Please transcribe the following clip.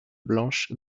blanches